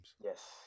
Yes